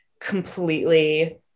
completely